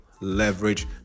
Leverage